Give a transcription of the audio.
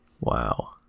wow